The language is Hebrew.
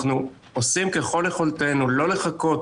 אנחנו עושים ככל יכולתנו לא לחכות